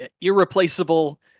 irreplaceable